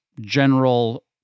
general